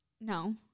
No